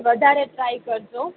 અછા બને એટલી વધારે ટ્રાય કરજો